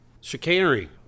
Chicanery